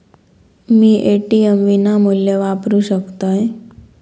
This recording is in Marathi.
मी ए.टी.एम विनामूल्य वापरू शकतय?